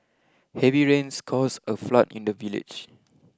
heavy rains caused a flood in the village